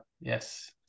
Yes